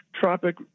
Tropic